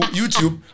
youtube